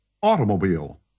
Automobile